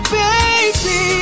baby